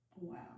Wow